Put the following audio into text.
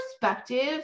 perspective